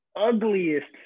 ugliest